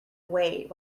wait